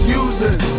users